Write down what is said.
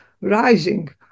rising